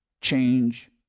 change